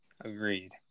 Agreed